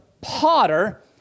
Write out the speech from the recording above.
potter